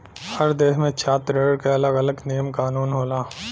हर देस में छात्र ऋण के अलग अलग नियम कानून होला